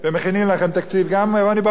רוני בר-און היה פעם שר האוצר,